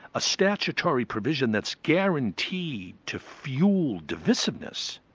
a statutory provision that's guaranteed to fuel divisiveness.